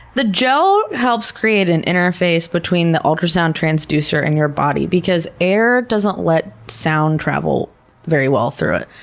the gel helps create an interface between the ultrasound transducer and your body, because air doesn't let sound travel very well through it.